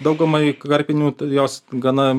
daugumai karpinių tai jos gana